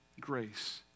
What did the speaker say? grace